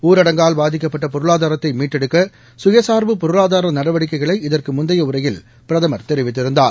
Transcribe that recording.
ஊரடங்கால் பாதிக்கப்பட்ட பொருளாதாரத்தை மீட்டெடுக்க சுயசார்பு பொருளாதார நடவடிக்கைகளை இதற்கு முந்தைய உரையில் பிரதமர் தெரிவித்திருந்தார்